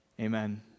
amen